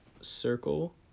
circle